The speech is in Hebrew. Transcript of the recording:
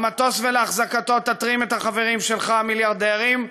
למטוס ולאחזקתו תתרים את החברים שלך, המיליארדרים,